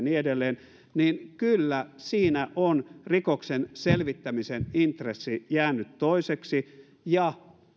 niin edelleen niin kyllä siinä on rikoksen selvittämisen intressi jäänyt toiseksi ja